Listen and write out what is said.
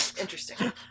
interesting